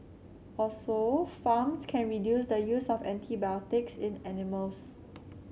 also farms can reduce the use of antibiotics in animals